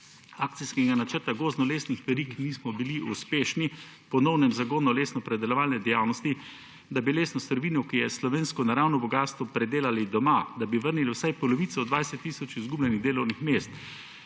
akcijskega načrta gozdno-lesnih verig nismo bili uspešni v ponovnem zagonu lesnopredelovalne dejavnosti, da bi lesno surovino, ki je slovensko naravno bogastvo, predelali doma, da bi vrnili vsaj polovico od 20 tisoč izgubljenih delovnih mest.